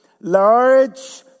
large